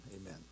Amen